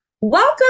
Welcome